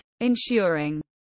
ensuring